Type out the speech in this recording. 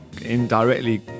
indirectly